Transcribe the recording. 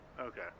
Okay